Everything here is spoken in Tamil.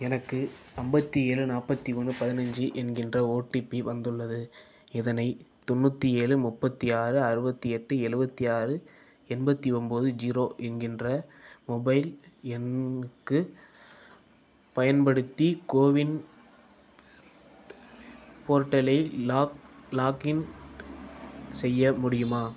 எனக்கு ஐம்பத்தி ஏழு நாற்பத்தி ஒன்று பதினஞ்சு என்கின்ற ஓடிபி வந்துள்ளது இதனை தொண்ணூற்றி ஏழு முப்பத்தி ஆறு அறுபத்தி எட்டு எழுவத்தி ஆறு எண்பத்தி ஒம்பது ஜீரோ என்கின்ற மொபைல் எண்ணுக்கு பயன்படுத்தி கோவின் போர்ட்டலில் லாக் லாக்இன் செய்ய முடியுமா